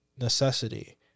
necessity